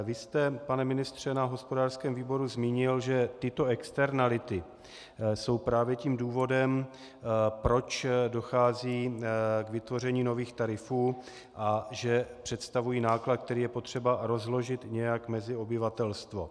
Vy jste, pane ministře, na hospodářském výboru zmínil, že tyto externality jsou právě tím důvodem, proč dochází k vytvoření nových tarifů, a že představují náklad, který je potřeba rozložit nějak mezi obyvatelstvo.